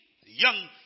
young